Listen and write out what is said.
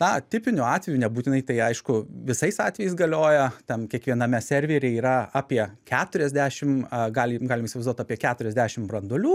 tą tipiniu atveju nebūtinai tai aišku visais atvejais galioja tam kiekviename serveryje yra apie keturiasdešim galim galim įsivaizduot apie keturiasdešim branduolių